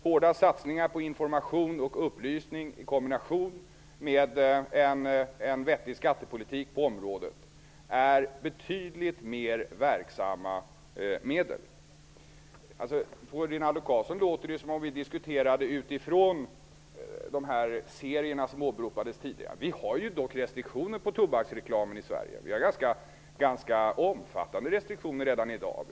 Hårda satsningar på information och upplysning, i kombination med en vettig skattepolitik på området, är betydligt mer verksamma medel. På Rinaldo Karlsson låter det som om vi diskuterade utifrån serierna som åberopades tidigare. Vi har dock restriktioner för tobaksreklamen i Sverige. Vi har ganska omfattande restriktioner redan i dag.